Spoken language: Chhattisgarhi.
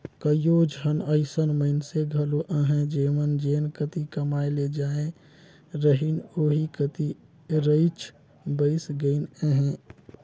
कइयो झन अइसन मइनसे घलो अहें जेमन जेन कती कमाए ले जाए रहिन ओही कती रइच बइस गइन अहें